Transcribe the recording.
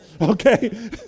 Okay